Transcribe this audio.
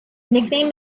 nickname